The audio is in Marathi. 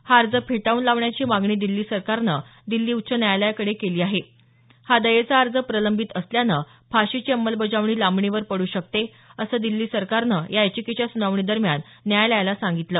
हा अर्ज फेटाळून लावण्याची मागणी दिल्ली सरकारनं दिल्ली उच्च न्यायालयाकडे केली आहे हा दयेचा अर्ज प्रलंबित असल्यानं फाशीची अंमलबजावणी लांबणीवर पड्र शकते असं दिल्ली सरकारनं या याचिकेवरच्या सुनावणीदरम्यान न्यायालयाला सांगितलं